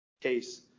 case